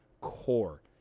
core